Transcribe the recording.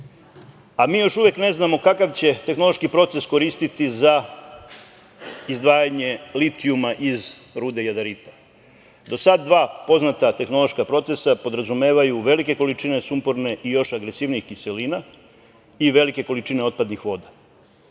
a mi još uvek ne znamo kakav će tehnološki proces koristiti za izdvajanje litijuma iz rude jadarita. Do sada dva poznata tehnološka procesa podrazumevaju velike količine sumporne i još agresivnijih kiselina i velike količine otpadnih voda.